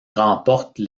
remporte